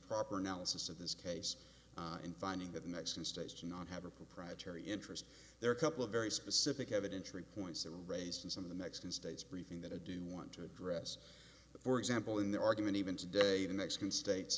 proper analysis of this case and finding that the mexican states do not have a proprietary interest there are a couple of very specific evidentially points that were raised and some of the mexican states briefing that i do want to address for example in their argument even today the mexican states